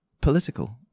political